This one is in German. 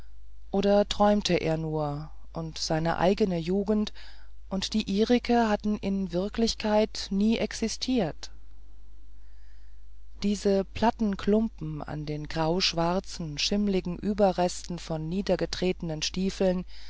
oder träumte er nur und seine eigene jugend und die ihrige hatten in wahrheit nie existiert diese platten klumpen in den grauschwarzen schimmligen überresten von niedergetretenen stiefeln